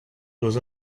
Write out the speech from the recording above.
was